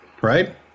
Right